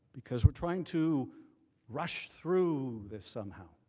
because we are trying to rush through this somehow.